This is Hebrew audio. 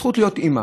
הזכות להיות אימא,